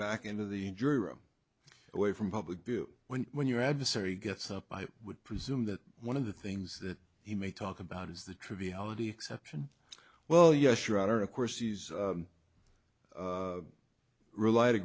back into the jury room away from public view when when your adversary gets up i would presume that one of the things that he may talk about is the triviality exception well yes your honor of course he's relied a